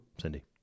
Cindy